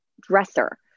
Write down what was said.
dresser